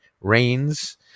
rains